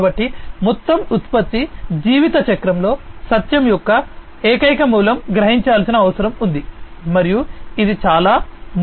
కాబట్టి మొత్తం ఉత్పత్తి జీవిత చక్రంలో సత్యం యొక్క ఏకైక మూలం గ్రహించాల్సిన అవసరం ఉంది మరియు ఇది చాలా ముఖ్యం